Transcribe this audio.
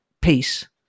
peace